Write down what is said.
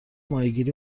ماهیگیری